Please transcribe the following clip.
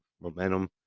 momentum